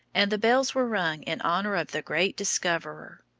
and the bells were rung in honor of the great discoverer.